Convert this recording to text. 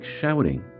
shouting